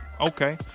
Okay